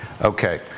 Okay